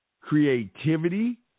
creativity